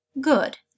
Good